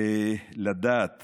לדעת